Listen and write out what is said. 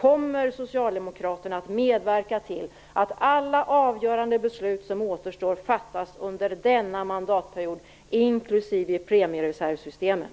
Kommer socialdemokraterna att medverka till att alla avgörande beslut som återstår fattas under denna mandatperiod, inklusive premiereservsystemet?